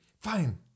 Fine